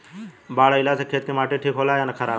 बाढ़ अईला से खेत के माटी ठीक होला या खराब?